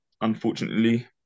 Unfortunately